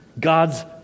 God's